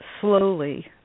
slowly